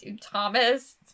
Thomas